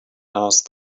asked